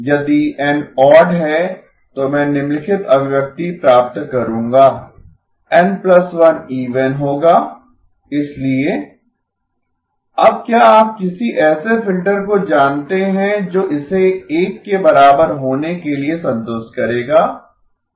यदि N odd है तो मैं निम्नलिखित अभिव्यक्ति प्राप्त करूँगा N1इवन होगा इसलिए अब क्या आप किसी ऐसे फ़िल्टर को जानते हैं जो इसे एक के बराबर होने के लिए संतुष्ट करेगा